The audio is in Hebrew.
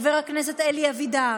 חבר הכנסת אלי אבידר,